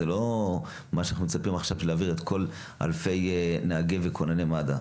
אנחנו לא מצפים להעביר את כל אלפי נהגי וכונני מד"א.